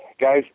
guys